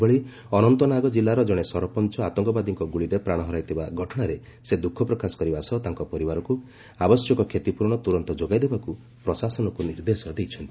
ସେହିଭଳି ଅନନ୍ତନାଗ କିଲ୍ଲାର ଜଣେ ସରପଞ୍ଚ ଆତଙ୍କବାଦୀଙ୍କ ଗୁଳିରେ ପ୍ରାଣ ହରାଇବା ଘଟଣାରେ ସେ ଦୁଃଖ ପ୍ରକାଶ କରିବା ସହ ତାଙ୍କ ପରିବାରକୁ ଆବଶ୍ୟକ କ୍ଷତିପ୍ରରଣ ତୁରନ୍ତ ଯୋଗାଇ ଦେବାକୁ ପ୍ରଶାସନକୁ ନିର୍ଦ୍ଦେଶ ଦେଇଛନ୍ତି